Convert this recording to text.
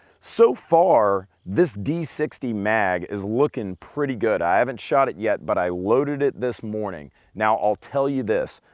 so far, this d sixty mag is looking pretty good. i haven't shot it yet but i loaded it this morning. now i'll tell you this,